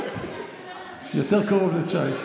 יותר קרוב ל-19.